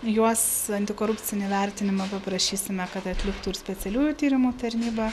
juos antikorupcinį vertinimą paprašysime kad atliktų specialiųjų tyrimų tarnyba